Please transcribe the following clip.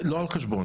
לא על חשבון.